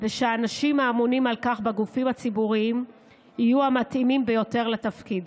ושהאנשים האמונים על כך בגופים הציבוריים יהיו המתאימים ביותר לתפקיד.